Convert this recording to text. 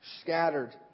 scattered